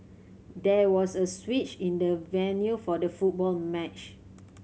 there was a switch in the venue for the football match